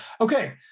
Okay